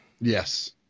yes